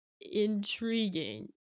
intriguing